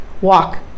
walk